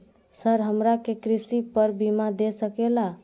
Sir हमरा के कृषि पर बीमा दे सके ला?